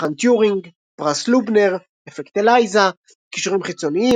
מבחן טיורינג פרס לובנר אפקט אליזה קישורים חיצוניים